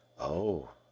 Oh